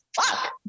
fuck